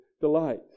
delight